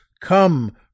come